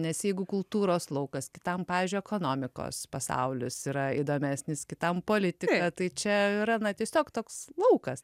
nes jeigu kultūros laukas kitam pavyzdžiui ekonomikos pasaulis yra įdomesnis kitam politika tai čia yra na tiesiog toks laukas